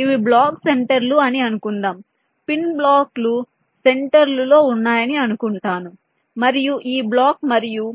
ఇవి బ్లాక్ సెంటర్లు అని అనుకుందాం పిన్స్ బ్లాకుల సెంటర్లు లో ఉన్నాయని అనుకుంటాను మరియు ఈ బ్లాక్ మరియు